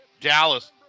Dallas